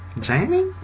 Jamie